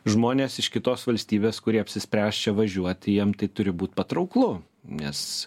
žmonės iš kitos valstybės kurie apsispręs čia važiuoti jiem tai turi būt patrauklu nes